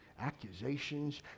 accusations